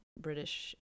british